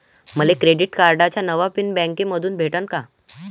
मले क्रेडिट कार्डाचा नवा पिन बँकेमंधून भेटन का?